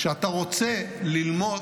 כשאתה רוצה ללמוד